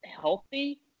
healthy